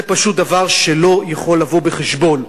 זה פשוט דבר שלא יכול לבוא בחשבון.